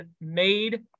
made